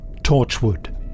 Torchwood